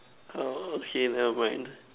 uh okay never mind